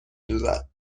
دوزد